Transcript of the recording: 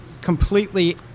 completely